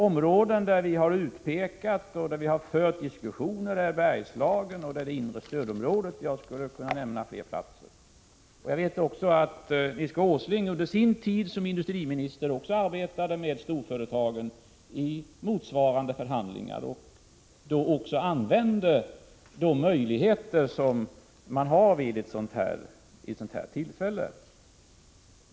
Områden som vi har utpekat och där vi har fört diskussioner är Bergslagen och det inre stödområdet. Jag skulle kunna nämna fler platser. Jag vet att Nils G. Åsling under sin tid som industriminister också arbetade med storföretagen i motsvarande förhandlingar och då även använde de möjligheter som man har vid ett sådant här tillfälle.